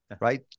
Right